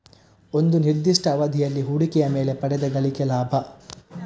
ಒಂದು ನಿರ್ದಿಷ್ಟ ಅವಧಿಯಲ್ಲಿ ಹೂಡಿಕೆಯ ಮೇಲೆ ಪಡೆದ ಗಳಿಕೆ ಲಾಭ